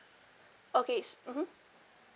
okay s~ mmhmm